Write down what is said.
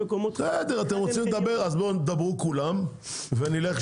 אתם רוצים לדבר אז בואו תדברו כולם וסיימנו,